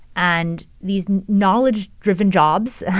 and these knowledge-driven jobs,